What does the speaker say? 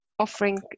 Offering